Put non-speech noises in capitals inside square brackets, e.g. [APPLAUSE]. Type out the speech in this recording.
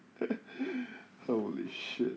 [LAUGHS] holy shit